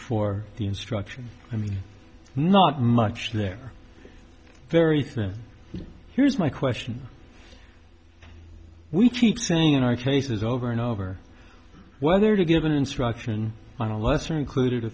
for the instruction i mean not much there very thing here's my question we keep saying and i cases over and over whether to give an instruction on a lesser included